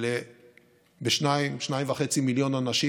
ב-2 2.5 מיליון אנשים.